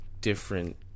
Different